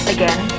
Again